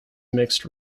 mixed